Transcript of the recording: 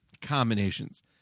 combinations